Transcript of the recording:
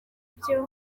byo